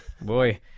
Boy